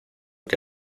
que